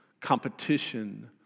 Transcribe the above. competition